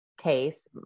case